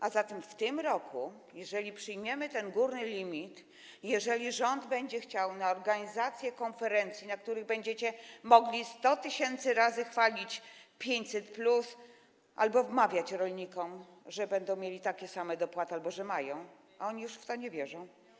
A zatem w tym roku, jeżeli przyjmiemy ten górny limit, jeżeli rząd będzie chciał na organizację konferencji, będziecie mogli na nich 100 tys. razy chwalić 500+ albo wmawiać rolnikom, że będą mieli takie same dopłaty albo że mają, ale oni już w to nie uwierzą.